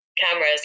cameras